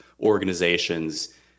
organizations